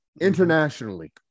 internationally